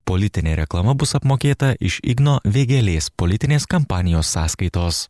politinė reklama bus apmokėta iš igno vėgėlės politinės kampanijos sąskaitos